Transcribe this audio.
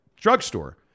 drugstore